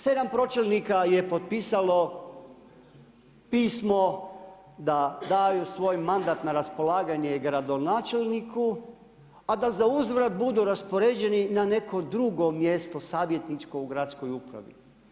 7 pročelnika je potpisalo pismo da daju svoj mandat na raspolaganje gradonačelniku, a da za uzvrat budu raspoređeni na neko drugo mjesto savjetničko u gradskoj upravi.